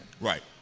Right